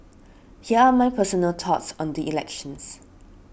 here are my personal thoughts on the elections